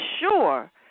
sure